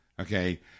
okay